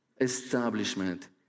establishment